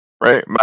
right